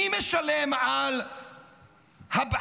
מי משלם על הירי?